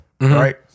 Right